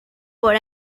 por